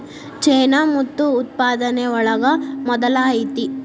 ಚೇನಾ ಮುತ್ತು ಉತ್ಪಾದನೆ ಒಳಗ ಮೊದಲ ಐತಿ